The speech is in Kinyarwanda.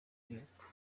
kwibuka